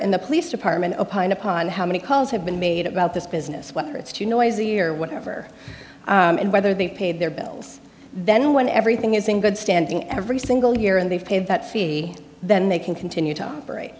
and the police department opined upon how many calls have been made about this business whether it's too noisy or whatever and whether they've paid their bills then when everything is in good standing every single year and they pay that fee then they can continue to operate